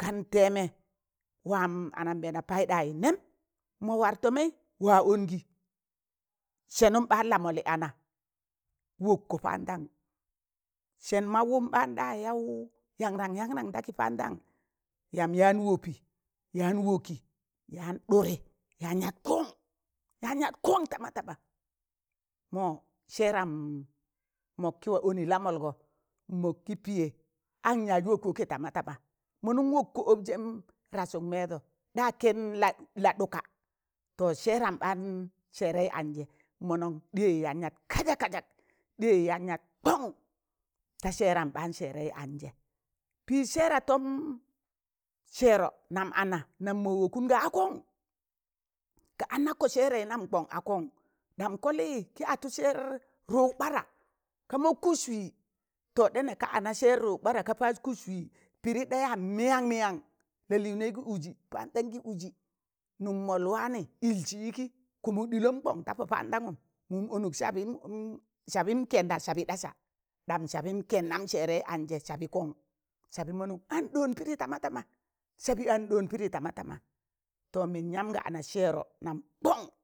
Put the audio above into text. kan tẹẹmẹ wam anambẹẹna payịn ɗayị nem, mọ war tọmẹị wa anụgi,̣ sẹnụm ɓaan la mọlị ana wọkkọ pandam, sẹn maụwụm ɓaan ɗa yaụ yanran yanram da kị pandan, yamb yaan wọpị yaan wọkị yaan ɗụrị yaan yat kọn yaan yat kon tamatama, mọ sẹẹram mọkkị warẹ ọnị ti lamọlgọ, mọk kịpịyẹ an yaz wọk wokẹ tamatama mọnọn wọkkọ ọbzẹm rasuk meedo, ɗa ken da ɗuka to sẹẹran ɓaan sẹẹrẹị anzẹ mọnọn ɗịyẹn yaan yat kazak kazak, ɗịyẹn yaan yat kọn, ta sẹẹram ɓaan sẹẹrẹị anzẹ, pịịs sẹẹrọ tọm sẹẹrọ nam ana nam mọ wọkụna a kọn kọ ọnakkọ sẹẹrẹị nam kọn a kọn, ɗam kọlị kị atụ sẹẹr rụụg ɓada ka mọk kụs wị to ɗa nẹka ọna sẹẹr rụụg ɓada ka pas kụs wị, pịdị ɗa yaa mịyan mịyan, la lịịgnẹị gị ụzị pandan kị ụzị nụm mọl waanị ịlsị ịkị kụmụk ɗịlọm kọn ta pọ pandanụm, mụm ọnụk sabị miyem sabịm kẹnna sabị ɗasa, ɗam sabịm kennam sẹẹrẹị anzẹ sabị kọn, sabị mọnọn an ɗọọn pịdi tamatama sabi an ɗoon pidi tama tama to mịn yam ga ananjẹẹrọ nam kọn.